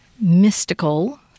mystical